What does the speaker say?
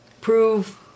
prove